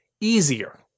easier